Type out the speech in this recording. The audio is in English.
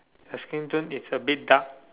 the skin tone is a bit dark